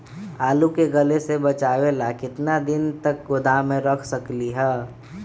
आलू के गले से बचाबे ला कितना दिन तक गोदाम में रख सकली ह?